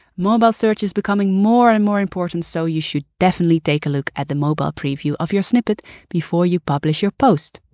mobile search is becoming more and more important, so you should definitely take a look at the mobile preview of your snippet before you publish your post.